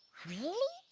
really?